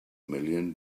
million